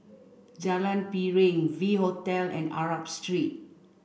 Jalan Piring V Hotel and Arab Street